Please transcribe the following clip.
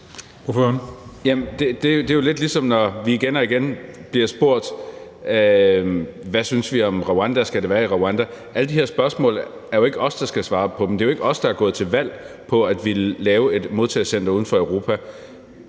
Det er jo lidt, ligesom når vi igen og igen bliver spurgt om, hvad vi synes om Rwanda, og om det skal være i Rwanda. Alle de her spørgsmål er det jo ikke os, der skal svare på; det er jo ikke os, der er gået til valg på at ville lave et modtagecenter uden for Europa.